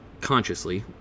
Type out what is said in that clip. Consciously